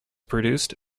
produced